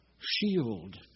shield